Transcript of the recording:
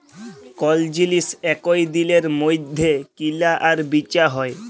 call জিলিস একই দিলের মইধ্যে কিলা আর বিচা হ্যয়